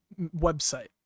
website